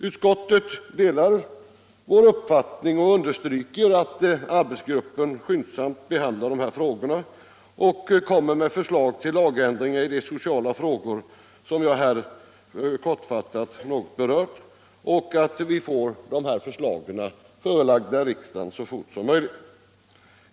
Utskottet delar vår uppfattning och understryker, att arbetsgruppen skyndsamt behandlar dessa frågor och kommer med förslag till lagändringar i de sociala frågor som jag här något kortfattat berört, så att förslag så snabbt som möjligt kan föreläggas riksdagen.